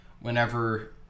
Whenever